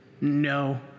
No